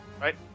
Right